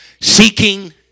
Seeking